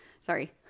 sorry